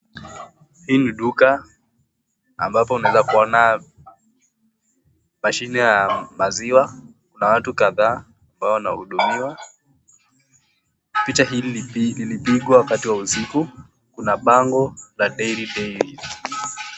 Hii ni duka ambapo unaweza kuona mashini ya maziwa na watu kadhaa ambao wanahudumiwa. Picha hili ilipigwa wakati wa usiku kuna bango la Dairy Daily.